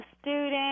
student